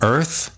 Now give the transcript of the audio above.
Earth